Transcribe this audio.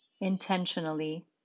intentionally